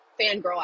fangirl